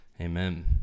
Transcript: Amen